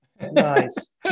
Nice